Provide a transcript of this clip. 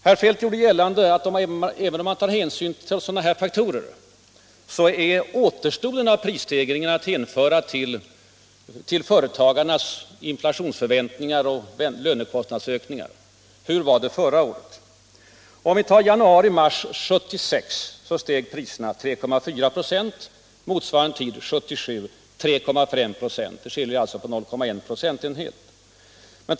Herr Feldt gjorde gällande att även om man tar hänsyn till sådana här faktorer, så är återstoden av prisstegringarna att hänföra till företagarnas inflationsförväntningar och förväntningar om lönekostnadsökningarna. Hur var det förra året? Under perioden januari-mars 1976 steg priserna 3,4 26 och under motsvarande tid 1977 3,5 96. Det skiljer alltså på 0,1 procentenheter.